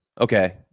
Okay